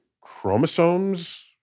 chromosomes